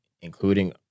including